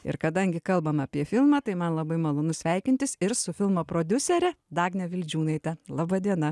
ir kadangi kalbam apie filmą tai man labai malonu sveikintis ir su filmo prodiusere dagne vildžiūnaite laba diena